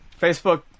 facebook